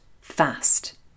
fast